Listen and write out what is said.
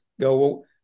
go